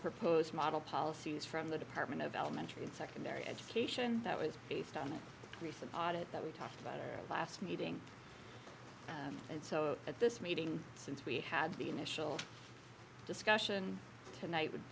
proposed model policies from the department of elementary and secondary education that was based on a recent hot it that we talked about their last meeting and so at this meeting since we had the initial discussion tonight would